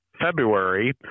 February